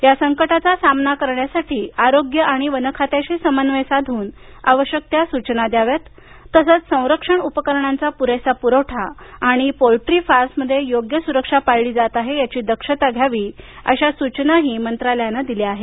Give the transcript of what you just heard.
या संकटांचा सामना करण्यासाठी आरोग्य आणि वन खात्याशी समन्वय साधून आवश्यक त्या सूचना द्याव्यात तसच संरक्षक उपकरणांचा पुरेसा पुरवठा आणि पोल्ट्री फार्म्समध्ये योग्य सुरक्षा पाळली जात आहे याची दक्षता घ्यावी अशा सूचनाही देण्यात आल्या आहेत